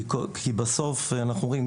כי בסוף אנחנו רואים,